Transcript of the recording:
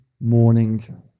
morning